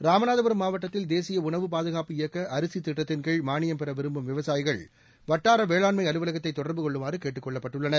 ராமநாதபுரம் மாவட்டத்தில் தேசிய உணவுப்பாதுகாப்பு இயக்க அரிசி திட்டத்தின்கீழ் மானியம் பெற விருப்பும் விவசாயிகள் வட்டார வேளாண்மை அலுவலகத்தை தொடர்பு கொள்ளுமாறு கேட்டுக் கொள்ளப்பட்டுள்ளனர்